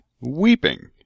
weeping